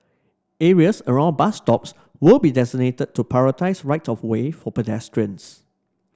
areas around bus stops will be designated to prioritise right of way for pedestrians